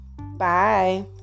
Bye